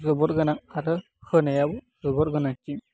जोबोर गोनां आरो होनायाबो जोबोर गोनांथि